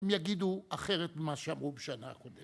אם יגידו אחרת ממה שאמרו בשנה הקודמת.